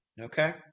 okay